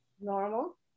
Normal